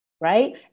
right